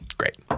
great